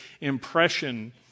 impression